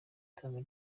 itangwa